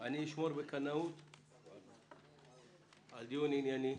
אני אשמור בקנאות על דיון ענייני,